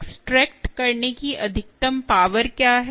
extract करने की अधिकतम पावर क्या है